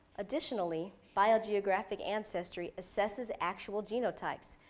additionally, biogeographic ancestry, assesses actual genotypes,